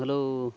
hello